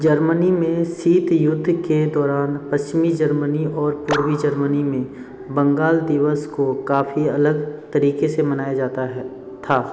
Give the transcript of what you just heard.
Germany में शीत युद्ध के दौरान पश्चमी जर्मनी और पूर्वी जर्मनी में बंगाल दिवस को काफी अलग तरीके से मनाया जाता है था